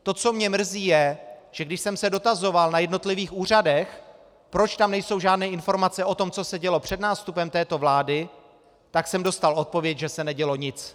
To, co mě mrzí, je, že když jsem se dotazoval na jednotlivých úřadech, proč tam nejsou žádné informace o tom, co se dělo před nástupem této vlády, tak jsem dostal odpověď, že se nedělo nic.